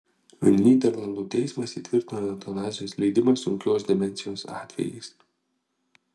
nyderlandų teismas įtvirtino eutanazijos leidimą sunkios demencijos atvejais